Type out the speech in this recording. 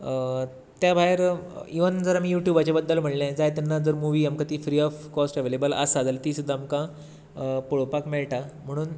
त्या भायर इवन जर आमी युट्यूबाच्या बद्दल म्हणलें जाय तेन्ना जर मुवी आमकां ती फ्री ऑफ कॉस्ट अवेलेबल आसा जाल्यार ती सुद्दां आमकां पळोवपाक मेळटा म्हणुन